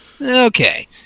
okay